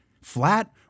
flat